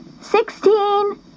Sixteen